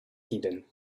hidden